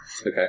Okay